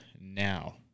now